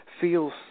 feels